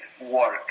work